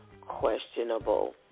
questionable